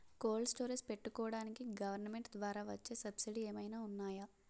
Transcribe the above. Cold storage పెట్టుకోడానికి government ద్వారా వచ్చే సబ్సిడీ ఏమైనా ఉన్నాయా?